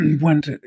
went